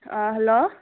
hello